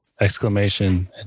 exclamation